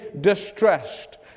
distressed